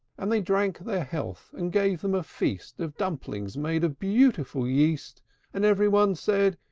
and they drank their health, and gave them a feast of dumplings made of beautiful yeast and every one said,